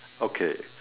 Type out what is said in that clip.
okay